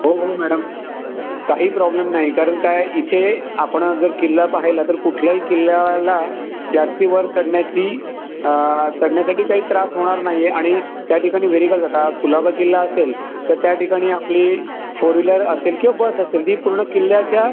हो हो मॅडम काही प्रॉब्लेम नाही कारण काय इथे आपण जर किल्ला पाह्यला तर कुठल्याही किल्ल्याला जास्ती वर चढण्याची चढण्यासाटी काही त्रास होणार नाही आहे आणि त्या ठिकाणी व्हेहीकल जातात कुलाबा किल्ला असेल तर त्या ठिकाणी आपली फोर विलर असेल किवा बस असेल ती पूर्ण किल्ल्याच्या